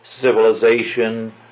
civilization